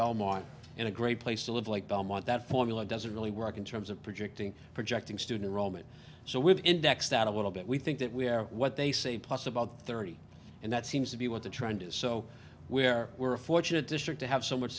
belmont and a great place to live like belmont that formula doesn't really work in terms of projecting projecting student roman so we indexed out a little bit we think that we are what they say plus about thirty and that seems to be what the trend is so where we're fortunate district to have so much